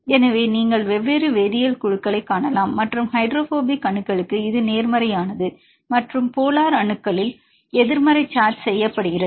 எனவே நீங்கள் வெவ்வேறு வேதியியல் குழுக்களைக் காணலாம் மற்றும் ஹைட்ரோபோபிக் அணுக்களுக்கு இது நேர்மறையானது மற்றும் போலார் அணுக்களில் எதிர்மறை சார்ஜ் செய்யப்படுகிறது